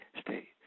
state